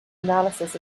analysis